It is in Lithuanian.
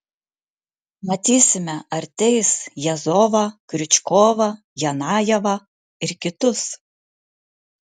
matysime ar teis jazovą kriučkovą janajevą ir kitus